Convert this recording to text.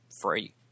free